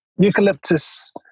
Eucalyptus